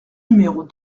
numéros